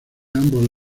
ambos